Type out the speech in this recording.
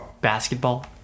basketball